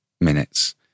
minutes